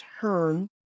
turn